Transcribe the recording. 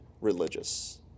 religious